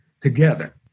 together